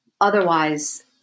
Otherwise